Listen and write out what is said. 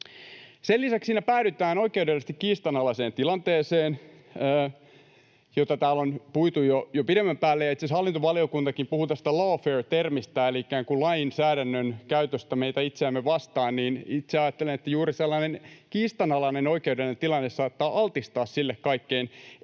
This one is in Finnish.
Sen lisäksi siinä päädytään oikeudellisesti kiistanalaiseen tilanteeseen, jota täällä on puitu jo pidemmän päälle. Ja kun itse asiassa hallintovaliokuntakin puhui tästä lawfare‑termistä eli ikään kuin lainsäädännön käytöstä meitä itseämme vastaan, niin itse ajattelen, että juuri sellainen kiistanalainen oikeudellinen tilanne saattaa altistaa sille kaikkein